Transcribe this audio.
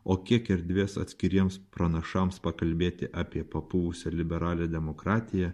o kiek erdvės atskiriems pranašams pakalbėti apie papuvusią liberalią demokratiją